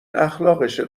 اخلاقشه